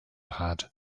had